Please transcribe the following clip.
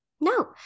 no